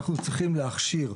אנחנו צריכים להכשיר,